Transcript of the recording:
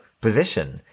position